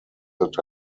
that